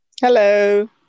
Hello